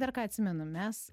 dar ką atsimenu mes